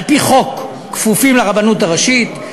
על-פי חוק, כפופים לרבנות הראשית.